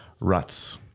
ruts